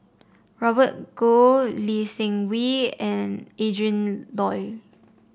Robert Goh Lee Seng Wee and Adrin Loi